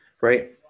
right